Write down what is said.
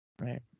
Right